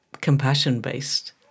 compassion-based